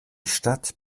stadt